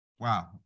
Wow